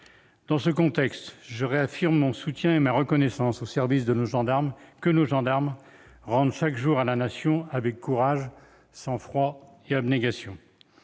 Dans ce contexte, je réaffirme mon soutien et ma reconnaissance aux services que nos gendarmes rendent chaque jour à la Nation, avec courage, sang-froid et abnégation.